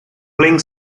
playing